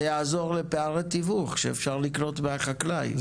זה יעזור לפערי תיווך שאפשר לקנות מהחקלאי,